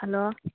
hello